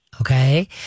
Okay